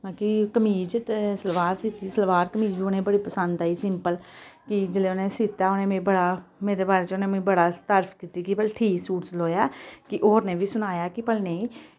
की कमीज ते सलवार सीह्ती सलवार कमीज वी उनें बड़ी पसंद आई सिंपल कि जेल्लै उने सीह्ता उनें मि बड़ा मेरे बारे च उनै मेरा बड़ा तारीफ कीती की भई ठीक सूट सलोया ऐ कि होरनें बी सनाया कि भई नेईं